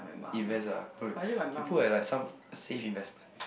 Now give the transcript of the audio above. invest ah put can put in like some safe investments